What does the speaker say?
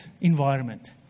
environment